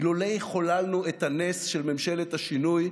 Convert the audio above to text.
אילולא חוללנו את הנס של ממשלת השינוי,